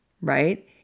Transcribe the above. right